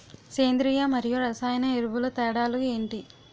సేంద్రీయ మరియు రసాయన ఎరువుల తేడా లు ఏంటి?